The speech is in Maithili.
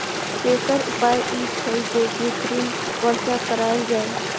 तेसर उपाय ई छै, जे कृत्रिम वर्षा कराएल जाए